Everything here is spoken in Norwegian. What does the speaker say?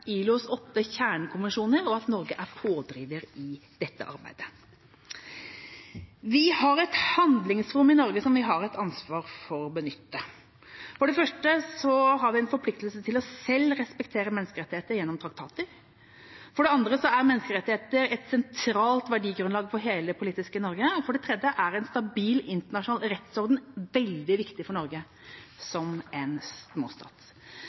ILOs åtte kjernekonvensjoner, og at Norge er pådriver i dette arbeidet. Vi har et handlingsrom i Norge som vi har et ansvar for å benytte. For det første har vi en forpliktelse til selv å respektere menneskerettigheter gjennom traktater, for det andre er menneskerettigheter et sentralt verdigrunnlag for hele det politiske Norge, og for det tredje er en stabil internasjonal rettsorden veldig viktig for Norge som en småstat.